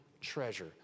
treasure